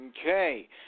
Okay